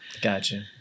Gotcha